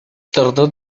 торды